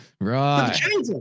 right